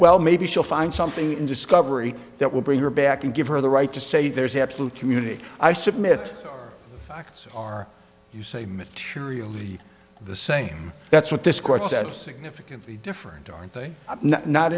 well maybe she'll find something in discovery that will bring her back and give her the right to say there's absolute community i submit are facts are you say materially the same that's what this court saddest significantly different aren't they not